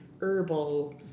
herbal